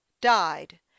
died